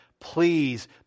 Please